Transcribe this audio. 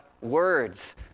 words